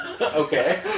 Okay